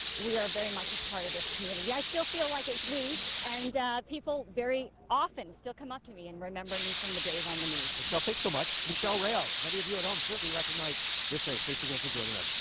we are very much a part of this community i still feel like it's we and people very often still come up to me and remember me from the days on the news. rob michelle, thanks so much. michelle rao, many of you at home certainly recognize this face. thanks again for joining us.